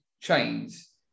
chains